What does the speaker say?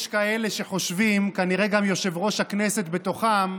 יש כאלה שחושבים, כנראה גם יושב-ראש הכנסת בתוכם,